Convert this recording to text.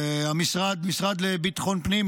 המשרד לביטחון פנים,